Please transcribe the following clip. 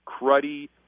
cruddy